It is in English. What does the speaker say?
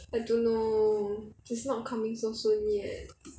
I don't know it's not coming so soon yet